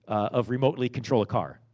of remotely control a car,